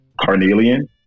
carnelian